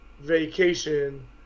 vacation